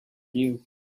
view